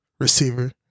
receiver